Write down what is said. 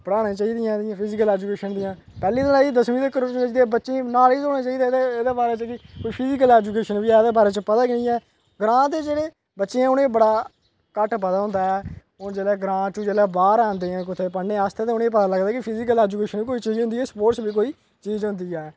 पढ़ाने चाहिदियां physical education दियां पैह्ले दसमीं तक दे बच्चे ई नालेज होनी चाहिदी एह्दे बारै च बी फिजीकल ऐजुकेशन बी ऐ एह्दे बारे च पता गै निं ग्रांऽ दे जेह्ड़े बच्चे ऐ उ'नें ई बड़ा घट्ट पता होंदा जेह्ड़ा ग्रांऽ च जेह्ड़ा बाह्र उ'नेंई पता लगदा की फिजीकल ऐजुकेशन बी कोई चीज़ होंदी स्पोर्टस बी कोई चीज़ होंदी